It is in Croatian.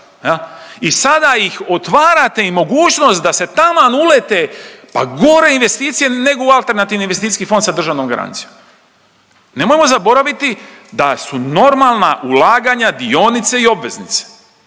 I sada ih otvarate i mogućnost da se taman ulete pa gore investicije nego u alternativni investicijski fond sa državnom garancijom. Nemojmo zaboraviti da su normalna ulaganja dionice i obveznice,